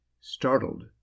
startled